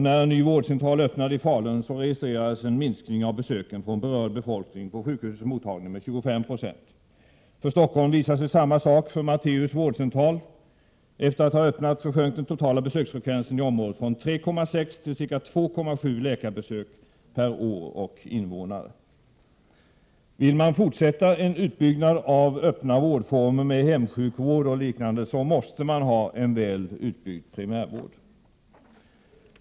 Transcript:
När en ny vårdcentral öppnade i Falun registrerades en minskning av besöken från berörd befolkning på sjukhusets mottagning med 25 96. I Stockholm visar det sig vara samma sak vid Matteus vårdcentral. Efter att den hade öppnat minskade den totala besöksfrekvensen i området från 3,6 till ca 2,7 läkarbesök per år och invånare. Om man vill fortsätta en utbyggnad av öppna vårdformer med hemsjukvård och liknande måste det alltså finnas en väl utbyggd primärvård.